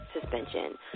suspension